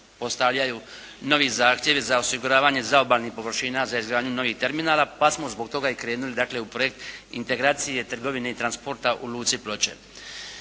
postavljaju novi zahtjevi za osiguravanje zaobalnih površina za izgradnju novih terminala pa smo zbog toga i krenuli dakle u projekt integracije trgovine i transporta u Luci Ploče.